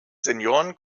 senioren